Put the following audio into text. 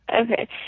Okay